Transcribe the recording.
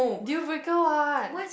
deal breaker [what]